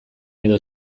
edo